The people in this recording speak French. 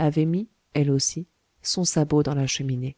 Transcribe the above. avait mis elle aussi son sabot dans la cheminée